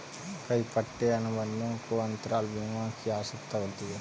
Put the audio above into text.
कई पट्टे अनुबंधों को अंतराल बीमा की आवश्यकता होती है